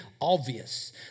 obvious